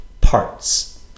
parts